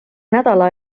nädala